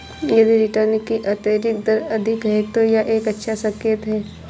यदि रिटर्न की आंतरिक दर अधिक है, तो यह एक अच्छा संकेत है